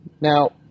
Now